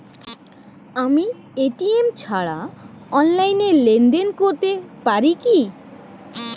আমি এ.টি.এম ছাড়া অনলাইনে লেনদেন করতে পারি কি?